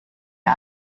ihr